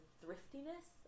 thriftiness